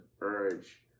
urge